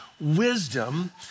wisdom